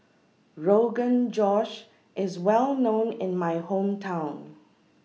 Rogan Josh IS Well known in My Hometown